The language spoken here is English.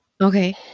okay